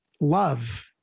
love